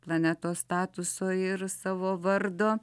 planetos statuso ir savo vardo